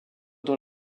dont